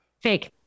Fake